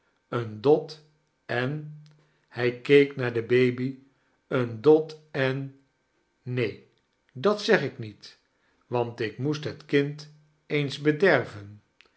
eea dot en hij keek naar de baby een dot en neen dat zeg ik niet want ik moest het kind eens bederven